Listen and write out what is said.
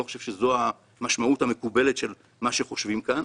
חושב שזו המשמעות המקובלת של מה שחושבים כאן.